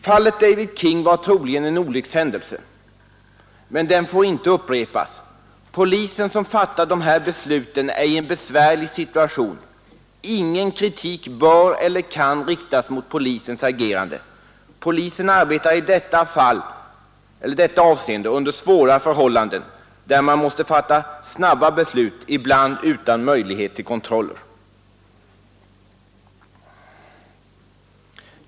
Fallet David King var troligen en olyckshändelse, men den får inte upprepas. Polisen, som fattar de här besluten, är i en besvärlig situation. Ingen kritik bör eller kan riktas mot polisens agerande. Polisen arbetar i detta avseende under svåra förhållanden, där man måste fatta snabba beslut, ibland utan möjlighet till kontroller.